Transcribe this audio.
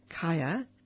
Kaya